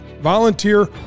volunteer